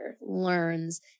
learns